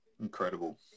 Incredible